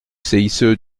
cice